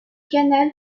canal